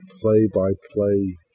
play-by-play